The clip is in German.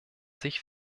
sich